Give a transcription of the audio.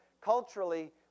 culturally